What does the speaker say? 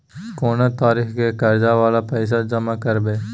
कोन तारीख के कर्जा वाला पैसा जमा करबे?